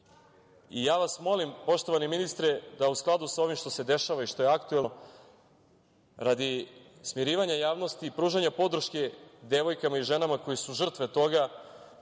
vas molim, poštovani ministre, da u skladu sa ovim što se dešava i što je aktuelno, radi smirivanja javnosti i pružanja podrške devojkama i ženama koje su žrtve toga,